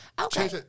Okay